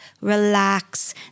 relax